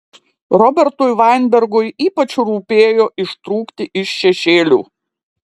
robertui vainbergui ypač rūpėjo ištrūkti iš šešėlių